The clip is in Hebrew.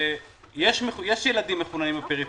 שיש ילדים מחוננים בפריפריה,